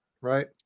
Right